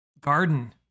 garden